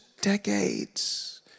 decades